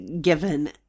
given